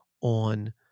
on